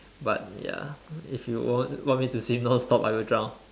but ya if you want want me to swim non stop I will drown